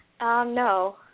No